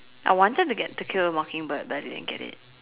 I wanted to get to-kill-a-mocking-bird but didn't get it